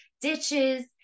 ditches